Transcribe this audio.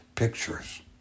pictures